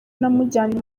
namujyanye